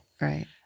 Right